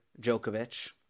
Djokovic